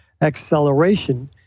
acceleration